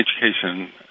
education